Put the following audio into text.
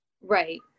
Right